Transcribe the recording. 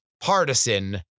partisan